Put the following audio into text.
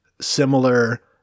similar